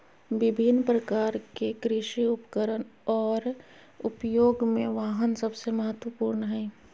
विभिन्न प्रकार के कृषि उपकरण और उपयोग में वाहन सबसे महत्वपूर्ण हइ